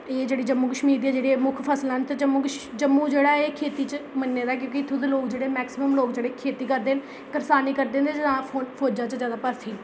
एह् जेह्ड़े जम्मू कशमीर दे जेह्ड़े मुक्ख फसलां न ते जम्मू जेह्ड़ा ऐ एह् खेती च मन्ने दा क्योंकि उत्थें दे लोक जेह्ड़े मेक्सीमम लोक जेह्ड़े खेती करदे न करसानी करदे न जां फौजा च जादै भरथी